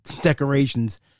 decorations